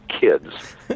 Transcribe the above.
kids